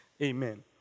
Amen